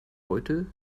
heute